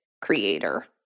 creator